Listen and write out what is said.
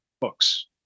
books